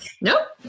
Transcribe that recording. Nope